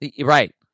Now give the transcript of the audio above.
right